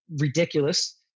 ridiculous